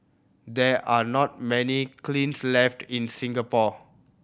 there are not many kilns left in Singapore